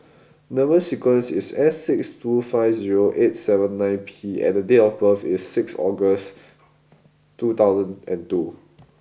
number sequence is S six two five zero eight seven nine P and date of birth is sixth August two thousand and two